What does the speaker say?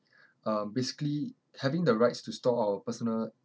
uh basically having the rights to store our personal